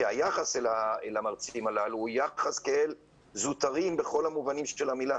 כי היחס אל המרצים הללו הוא יחד כאל זוטרים בכל המובנים של המילה